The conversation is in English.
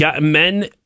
men